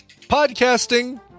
podcasting